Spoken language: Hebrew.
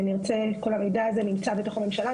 יודעים מה המספרים,